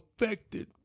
affected